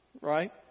right